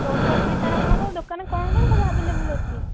phone କରିଥିଲି sir ଆପଣଙ୍କୁ ଦୋକାନରେ କ'ଣ କ'ଣ ସବୁ ଆଭଲେବୁଲ୍ ଅଛି